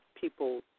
people